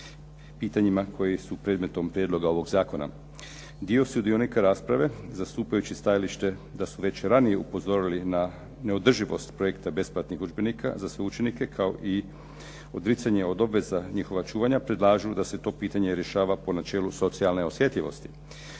pitanjima koji su predmetom prijedloga ovoga zakona. Dio sudionika rasprave zastupajući stajalište da su već ranije upozorili na neodrživost projekta besplatnih udžbenika za sve učenike kao i odricanje od obveza njihova čuvanja predlažu da se to pitanje rješava po načelu socijalne osjetljivosti.